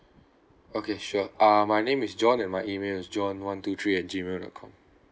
okay sure uh my name is john and my email is john one two three at gmail dot com